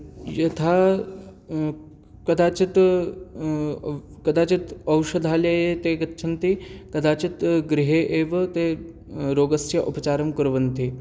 यथा कदाचित् कदाचित् औषधालये ते गच्छन्ति कदाचित् गृहे एव ते रोगस्य उपचारं कुर्वन्ति